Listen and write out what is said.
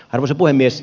arvoisa puhemies